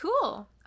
Cool